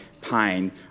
pain